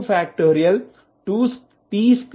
t2 e ptఅని వ్రాయవచ్చు